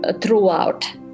throughout